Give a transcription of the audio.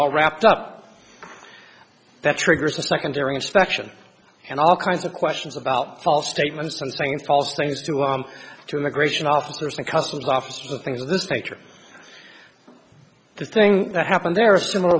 all wrapped up that triggers a secondary inspection and all kinds of questions about false statements and saying false things to him to immigration officers and customs officers and things of this nature the thing that happened there is similar